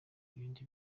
ibindi